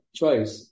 choice